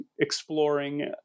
exploring